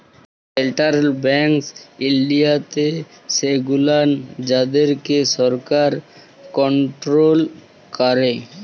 central banks ইনডিয়াতে সেগুলান যাদেরকে সরকার কনটোরোল ক্যারে